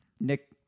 Nick